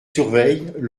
surveillent